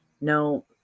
No